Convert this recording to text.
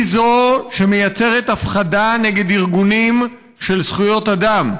היא שמייצרת הפחדה נגד ארגונים של זכויות אדם,